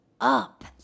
up